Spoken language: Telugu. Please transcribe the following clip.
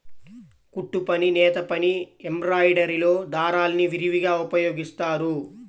కుట్టుపని, నేతపని, ఎంబ్రాయిడరీలో దారాల్ని విరివిగా ఉపయోగిస్తారు